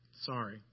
Sorry